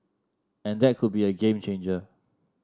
and that could be a game changer